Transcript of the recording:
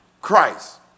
Christ